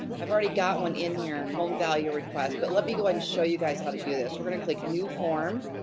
i've already got one in here, home value request, but let me go and show you guys how to do this. we're gonna click new form,